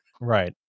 Right